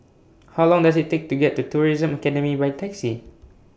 How Long Does IT Take to get to The Tourism Academy By Taxi